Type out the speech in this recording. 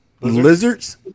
lizards